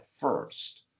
first